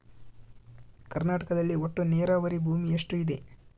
ಕರ್ನಾಟಕದಲ್ಲಿ ಒಟ್ಟು ನೇರಾವರಿ ಭೂಮಿ ಎಷ್ಟು ಇದೆ?